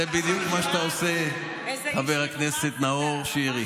זה בדיוק מה שאתה עושה, חבר הכנסת נאור שירי.